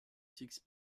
six